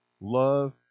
Love